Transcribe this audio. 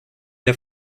der